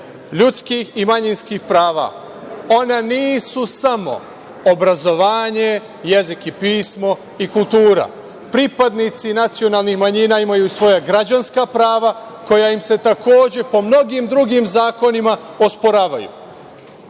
ljudskih i manjinskih prava, ona nisu samo obrazovanje, jezik i pismo i kultura. Pripadnici nacionalnih manjina imaju svoja građanska prava koja im se takođe po mnogim drugim zakonima osporavaju.